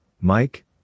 Mike